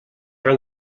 però